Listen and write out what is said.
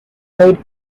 made